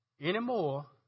anymore